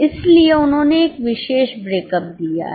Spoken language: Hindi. इसलिए उन्होंने एक विशेषब्रेकअप दिया है